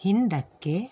ಹಿಂದಕ್ಕೆ